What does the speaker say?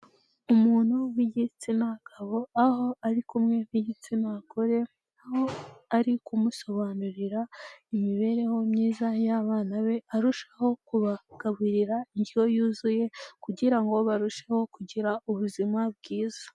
Umuntu w'igitsina gabo, aho ari kumwe b'igitsina gore, aho ari kumusobanurira imibereho myiza y'abana be, arushaho kubagaburira indyo yuzuye, kugira ngo barusheho kugira ubuzima bwiza.